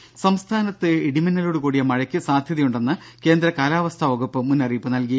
രും സംസ്ഥാനത്ത് ഇടിമിന്നലോടു കൂടിയ മഴയ്ക്കു സാധ്യതയുണ്ടെന്ന് കേന്ദ്ര കാലാവസ്ഥ വകുപ്പ് മുന്നറിയിപ്പ് നൽകി